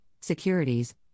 securities